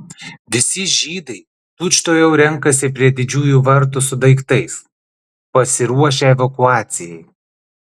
visi žydai tučtuojau renkasi prie didžiųjų vartų su daiktais pasiruošę evakuacijai